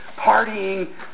partying